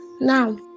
Now